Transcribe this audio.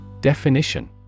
Definition